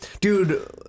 Dude